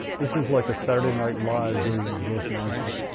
this is like the saturday night live version of growth management.